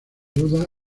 duda